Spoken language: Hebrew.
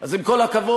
אז עם כל הכבוד,